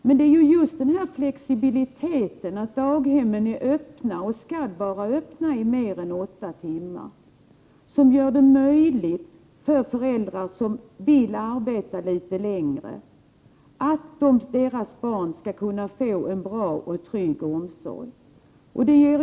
Det är ju just flexibiliteten, att daghemmen är öppna och skall vara öppna i mer än åtta timmar, som gör det möjligt att föräldrar som vill arbeta litet längre får en bra och trygg omsorg för sina barn.